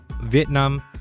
Vietnam